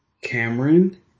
Cameron